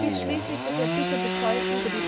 bis schließlich das erbitterte volk über die